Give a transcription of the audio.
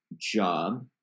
Job